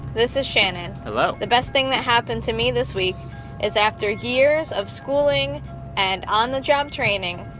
this is shannon hello the best thing that happened to me this week is after years of schooling and on-the-job training,